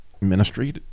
ministry